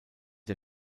der